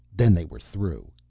then they were through.